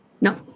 no